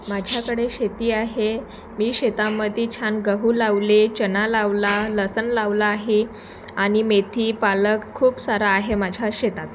माझ्याकडे शेती आहे मी शेतामध्ये छान गहू लावले चना लावला लसूण लावला आहे आणि मेथी पालक खूप सारा आहे माझ्या शेतात